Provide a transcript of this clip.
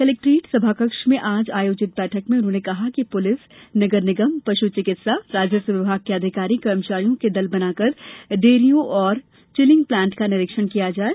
collectorate सभाकक्ष में आज आयोजित बैठक में उन्होंने कहा कि पुलिस नगर निगम पशु चिकित्सा राजस्व विभाग के अधिकारी कर्मचारियों के दल बनाकर डेयरियों व चिलिंग प्लांट का निरीक्षण किया जाये